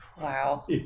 Wow